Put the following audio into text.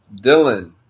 Dylan